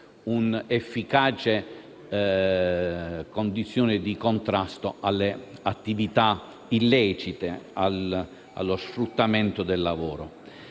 un'efficace condizione di contrasto alle attività illecite e allo sfruttamento del lavoro.